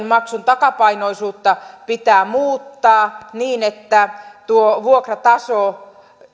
maksun takapainoisuutta pitää muuttaa niin että tuo vuokrataso